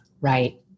right